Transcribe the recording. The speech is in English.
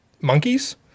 monkeys